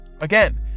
again